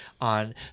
on